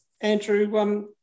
Andrew